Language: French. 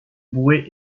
bouée